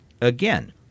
again